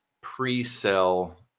pre-sell